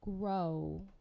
grow